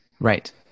Right